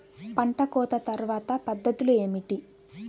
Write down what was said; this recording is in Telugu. పంట కోత తర్వాత పద్ధతులు ఏమిటి?